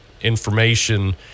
information